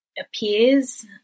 appears